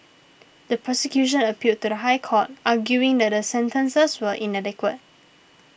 the prosecution appealed to the High Court arguing that the sentences were inadequate